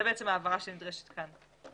ההבהרה שנדרשת כאן.